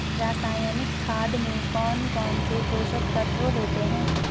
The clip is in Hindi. रासायनिक खाद में कौन कौन से पोषक तत्व होते हैं?